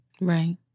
Right